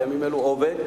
בימים אלו עובד,